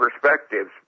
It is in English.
perspectives